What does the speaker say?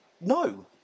No